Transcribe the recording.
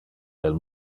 del